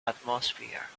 atmosphere